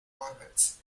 orbits